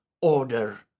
order